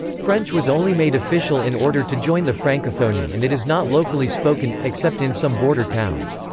french was only made official in order to join the francophonie and it is not locally spoken, except in some border towns.